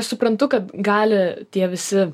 suprantu kad gali tie visi